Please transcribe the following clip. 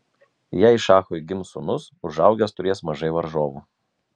jei šachui gims sūnus užaugęs turės mažai varžovų